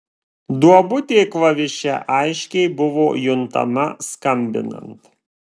duobutė klaviše aiškiai buvo juntama skambinant